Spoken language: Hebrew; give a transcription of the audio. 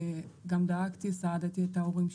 גם דאגתי, סעדתי את ההורים שלי,